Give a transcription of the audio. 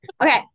Okay